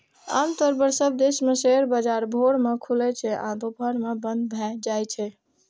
आम तौर पर सब देश मे शेयर बाजार भोर मे खुलै छै आ दुपहर मे बंद भए जाइ छै